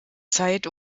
zeit